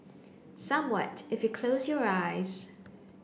somewhat if you close your eyes